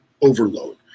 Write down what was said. overload